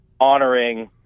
honoring